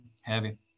heavy